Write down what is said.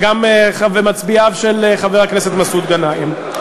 וגם מצביעיו של חבר הכנסת מסעוד גנאים.